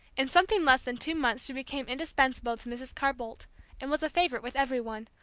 in something less than two months she became indispensable to mrs. carr-boldt, and was a favorite with every one,